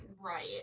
Right